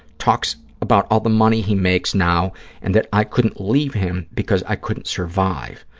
talks about all the money he makes now and that i couldn't leave him because i couldn't survive,